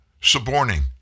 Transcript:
suborning